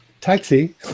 Taxi